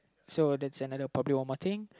so that's another probably one more thing